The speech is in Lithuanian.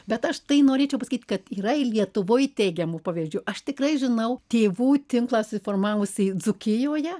bet aš tai norėčiau pasakyt kad yra ir lietuvoj teigiamu pavėdžių aš tikrai žinau tėvų tinklą susiformavusį dzūkijoje